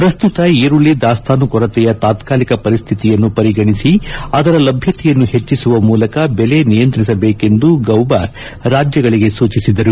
ಪ್ರಸ್ತುತ ಈರುಳ್ಳಿ ದಾಸ್ತಾನು ಕೊರತೆಯ ತಾತ್ನಲಿಕ ಪರಿಸ್ಥಿತಿಯನ್ನು ಪರಿಗಣಿಸಿ ಅದರ ಲಭ್ಯತೆಯನ್ನು ಹೆಚ್ಚಿಸುವ ಮೂಲಕ ಬೆಲೆ ನಿಯಂತ್ರಿಸಬೇಕೆಂದು ಗೌಬಾ ರಾಜ್ಯಗಳಿಗೆ ಸೂಚಿಸಿದರು